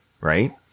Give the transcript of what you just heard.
right